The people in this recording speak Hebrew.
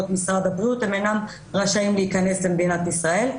משרד הבריאות הם אינם רשאים להיכנס למדינת ישראל.